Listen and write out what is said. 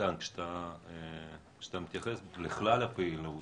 עמית, כשאתה מתייחס לכלל הפעילות,